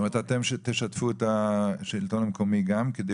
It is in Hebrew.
זאת אומרת שאתם תשתפו את השלטון המקומי גם.